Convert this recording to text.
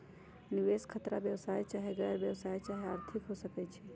निवेश खतरा व्यवसाय चाहे गैर व्यवसाया चाहे आर्थिक हो सकइ छइ